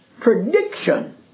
prediction